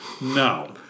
No